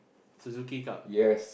Suzuki club